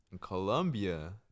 Colombia